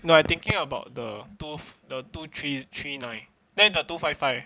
no I thinking about the tooth the two three three nine then the two five five